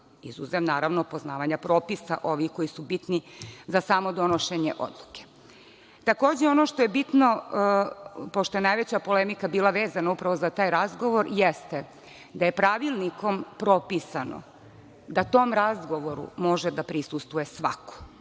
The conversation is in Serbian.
izuzev naravno poznavanja propisa ovih koji su bitni za samo donošenje odluke. Takođe ono što je bitno pošto je najveća polemika bila vezana upravo za taj razgovor jeste da je Pravilnikom propisano da tom razgovoru može da prisustvuje svako.